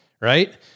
right